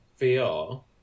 VR